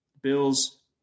Bills